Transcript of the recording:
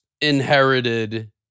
inherited